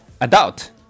Adult